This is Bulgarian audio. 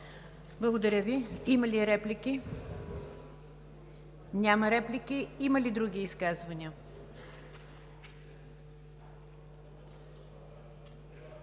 Благодаря Ви. Има ли реплики? Няма реплики. Има ли други изказвания,